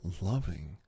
loving